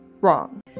wrong